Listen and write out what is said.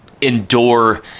endure